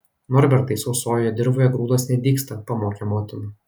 norbertai sausojoje dirvoje grūdas nedygsta pamokė motina